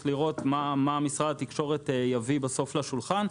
לראות מה משרד התקשורת יביא בסוף לשולחן.